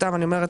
סתם אני אומרת,